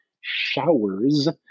showers